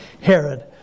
Herod